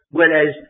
Whereas